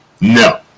No